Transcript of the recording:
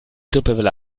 grippewelle